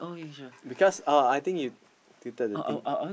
because oh I think you tilted the thing